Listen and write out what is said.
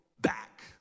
back